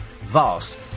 Vast